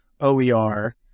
OER